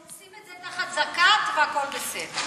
שים את זה תחת זקאת, והכול בסדר.